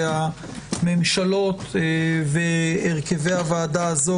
הממשלות והרכב הוועדה הזו,